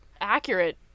accurate